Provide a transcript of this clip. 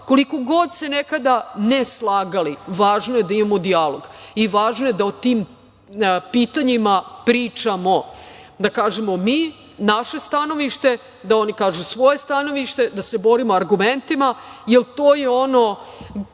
koliko god se nekada ne slagali, važno je da imamo dijalog i važno je da o tim pitanjima pričamo. Da kažemo mi naše stanovište, da oni kažu svoje stanovište, da se borimo argumentima, jer to je ono